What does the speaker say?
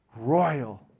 Royal